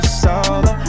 solo